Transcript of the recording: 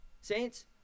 saints